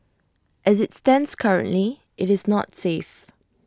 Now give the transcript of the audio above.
as IT stands currently IT is not safe